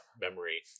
memory